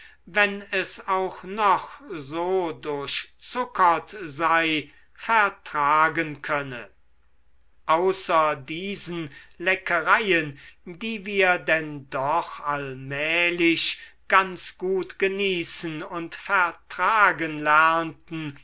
wenn es auch noch so durchzuckert sei vertragen könne außer diesen leckereien die wir denn doch allmählich ganz gut genießen und vertragen lernten